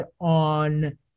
on